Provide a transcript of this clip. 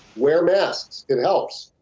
wear masks. it helps.